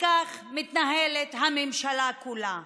וכך מתנהלת הממשלה כולה.